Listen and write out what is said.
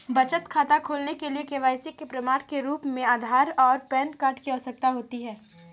बचत खाता खोलने के लिए के.वाई.सी के प्रमाण के रूप में आधार और पैन कार्ड की आवश्यकता होती है